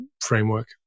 framework